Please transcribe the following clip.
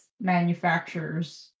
manufacturers